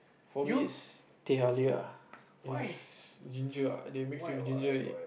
for me it's teh halia it's ginger ah they mix with ginger